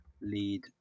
lead